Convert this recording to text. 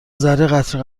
ذره٬قطره